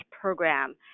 program